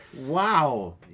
Wow